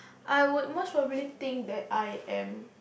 I would most probably think that I am